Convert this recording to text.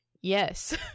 yes